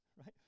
right